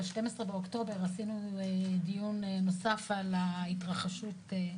ב-12 באוקטובר עשינו דיון נוסף על ההתרחשות.